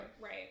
right